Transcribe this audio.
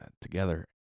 together